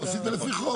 ברור, עשית לפי חוק.